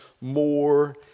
more